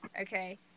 okay